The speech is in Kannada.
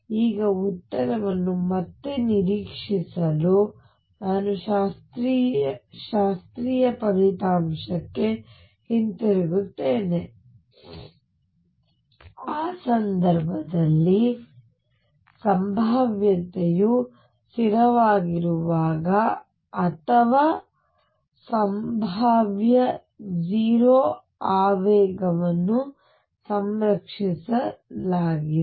ಈಗ ಉತ್ತರವನ್ನು ಮತ್ತೆ ನಿರೀಕ್ಷಿಸಲು ನಾನು ಶಾಸ್ತ್ರೀಯ ಫಲಿತಾಂಶಕ್ಕೆ ಹಿಂತಿರುಗುತ್ತೇನೆ ಆ ಸಂದರ್ಭದಲ್ಲಿ ಸಂಭಾವ್ಯತೆಯು ಸ್ಥಿರವಾಗಿರುವಾಗ ಅಥವಾ ಸಂಭಾವ್ಯ 0 ಆವೇಗವನ್ನು ಸಂರಕ್ಷಿಸಲಾಗಿದೆ